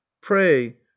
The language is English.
pray